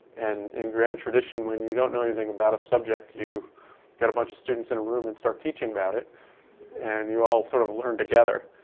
and in grand tradition, when you don't know anything about a subject, you get a bunch of students in a room and start teaching about it and you all sort of learn together.